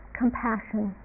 compassion